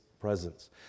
presence